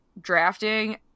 drafting